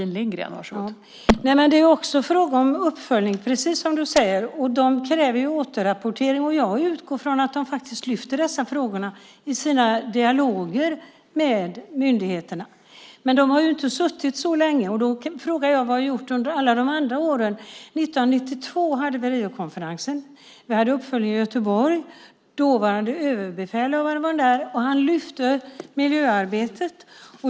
Fru talman! Det är också en fråga om uppföljning, precis som du säger. Regeringen kräver återrapportering, och jag utgår från att den lyfter fram dessa frågor i sin dialog med myndigheterna. Men den har inte suttit så länge. Jag frågar vad som har gjorts under alla de andra åren. 1992 hade vi Riokonferensen. Uppföljningen var i Göteborg. Dåvarande överbefälhavaren var där och lyfte fram miljöarbetet.